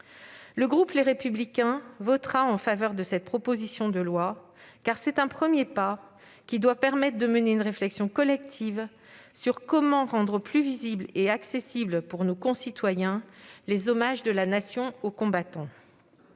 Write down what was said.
Le groupe Les Républicains votera en faveur de cette proposition de loi, car c'est un premier pas qui doit permettre de mener une réflexion collective sur la manière de rendre plus visibles et accessibles pour nos concitoyens les hommages de la Nation aux combattants.